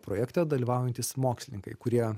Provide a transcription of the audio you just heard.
projekte dalyvaujantys mokslininkai kurie